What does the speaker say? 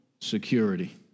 security